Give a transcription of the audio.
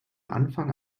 anfang